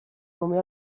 nome